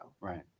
Right